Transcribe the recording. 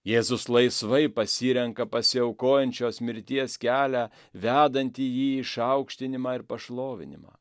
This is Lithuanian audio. jėzus laisvai pasirenka pasiaukojančios mirties kelią vedantį jį į išaukštinimą ir pašlovinimą